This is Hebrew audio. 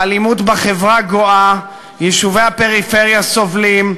האלימות בחברה גואה, יישובי הפריפריה סובלים,